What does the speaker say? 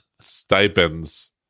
stipends